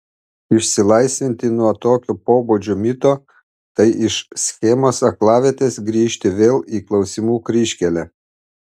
išsilaisvinti nuo tokio pobūdžio mito tai iš schemos aklavietės grįžti vėl į klausimų kryžkelę